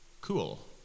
Cool